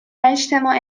اجتماع